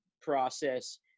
process